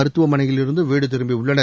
மருத்துவமனையிலிருந்து வீடு திரும்பியுள்ளனர்